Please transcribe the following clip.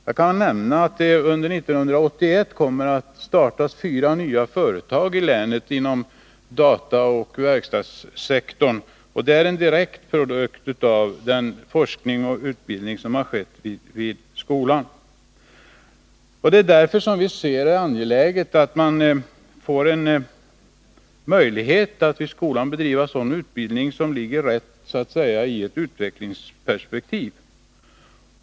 Jag kan nämna att det under 1981 startats fyra nya företag i länet inom dataoch verkstadssektorn, och det är en direkt produkt av den forskning och utbildning som skett vid skolan. Därför är det också angeläget att vi ser till att skolan i framtiden ges möjlighet att bedriva sådan utbildning som ligger rätt i ett utvecklingsperspektiv.